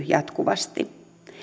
jatkuvasti